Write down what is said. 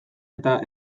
eta